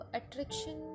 attraction